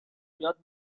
یاد